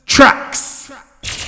Tracks